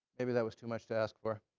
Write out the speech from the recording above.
maybe that was too much to ask for.